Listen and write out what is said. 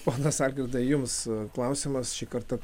ponas algirdai jums klausimas šį kartą